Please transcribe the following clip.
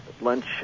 lunch